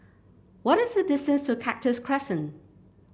what is the distance to Cactus Crescent